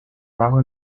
bajo